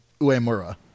Uemura